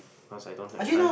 cause I don't have time